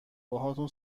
باهاتون